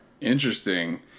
Interesting